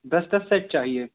दस दस सेट चाहिए